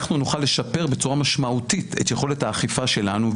אנחנו נוכל לשפר בצורה משמעותית את יכולת האכיפה שלנו,